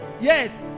Yes